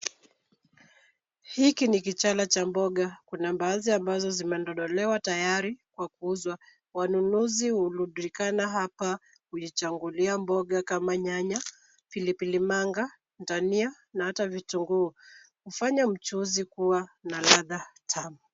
Hiki ni kichala cha mboga. Kuna baadhi ambazo zimedondolewa tayari na kuuzwa. Wanunuzi hurundikana hapa kujichagulia mboga kama nyanya, pilipili manga, dania na hata vitunguu kufanya mchuzi kuwa na ladha tamu.